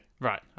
Right